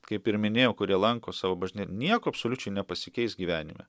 kaip ir minėjau kurie lanko savo bažnyčią nieko absoliučiai nepasikeis gyvenime